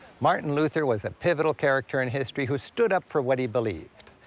martin luther was a pivotal character in history who stood up for what he believed.